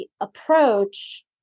approach